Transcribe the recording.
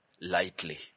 lightly